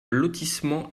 lotissement